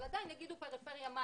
אבל עדיין פריפריה מה?